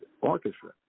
orchestra